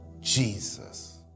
Jesus